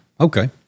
Okay